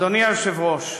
אדוני היושב-ראש,